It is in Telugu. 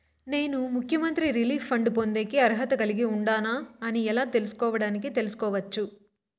నేను ముఖ్యమంత్రి రిలీఫ్ ఫండ్ పొందేకి అర్హత కలిగి ఉండానా అని ఎలా తెలుసుకోవడానికి తెలుసుకోవచ్చు